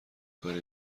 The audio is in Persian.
کار